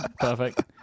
Perfect